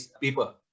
people